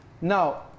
Now